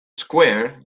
square